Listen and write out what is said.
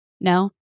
no